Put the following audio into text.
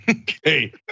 okay